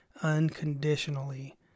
unconditionally